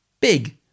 big